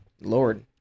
Lord